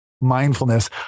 mindfulness